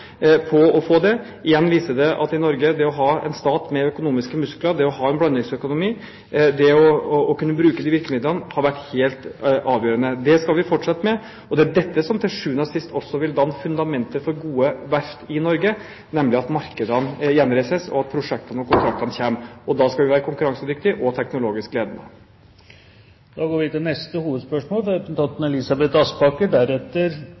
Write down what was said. på å få til det. Igjen viser det at det å ha en stat med økonomiske muskler som i Norge, det å ha en blandingsøkonomi, det å kunne bruke disse virkemidlene, har vært helt avgjørende. Det skal vi fortsette med. Det er dette som til sjuende og sist også vil danne fundamentet for gode verft i Norge, nemlig at markedene gjenreises, og at prosjektene og kontraktene kommer. Da skal vi være konkurransedyktige og teknologisk ledende. Vi går videre til neste hovedspørsmål.